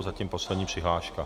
Zatím poslední přihláška.